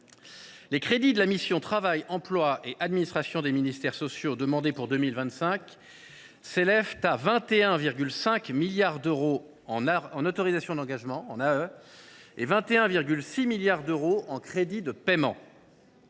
les crédits de la mission « Travail, emploi et administration des ministères sociaux » demandés pour 2025 s’élèvent à 21,5 milliards d’euros en autorisations d’engagement et 21,6 milliards d’euros en crédits de paiement,